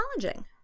challenging